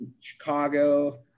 Chicago